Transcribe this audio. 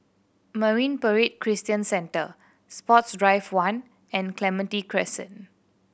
Marine Parade Christian Centre Sports Drive One and Clementi Crescent